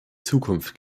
zukunft